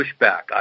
pushback